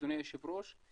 אדוני היושב ראש.